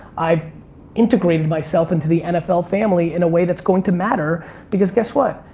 i've integrated myself into the nfl family in a way that's going to matter because guess what,